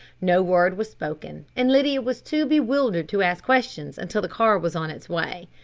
no word was spoken, and lydia was too bewildered to ask questions until the car was on its way.